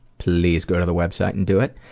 please go to the website and do it.